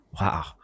Wow